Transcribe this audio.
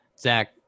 Zach